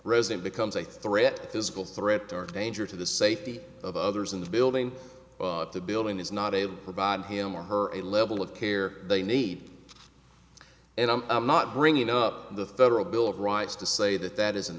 resident becomes a threat physical threat or danger to the safety of others in the building the building is not a provide him or her a level of care they need and i'm not bringing up the federal bill of rights to say that that is an